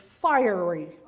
fiery